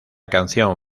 canción